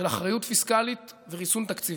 של אחריות פיסקלית וריסון תקציבי,